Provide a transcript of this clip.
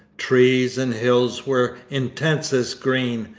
trees and hills were intensest green,